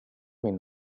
min